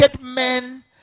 men